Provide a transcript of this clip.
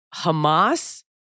Hamas